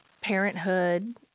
parenthood